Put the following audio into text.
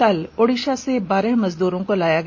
कल ओडिषा से बारह मजदूरों को लाया गया